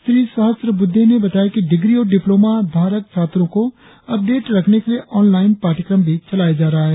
श्री सहश्रबुद्धे ने बताया कि डिग्री और डिप्लोमा धारक छात्रों को अपडेट रखने के लिए ऑनलाईन पाठ्यक्रम भी चलाया जा रहा है